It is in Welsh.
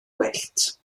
gwyllt